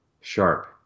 sharp